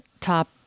top